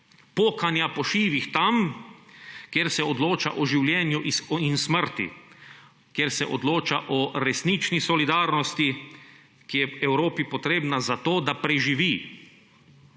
pokanja po šivih tam, kjer se odloča o življenju in smrti, kjer se odloča o resnični solidarnosti, ki je Evropi potrebna zato, da preživi.